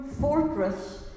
fortress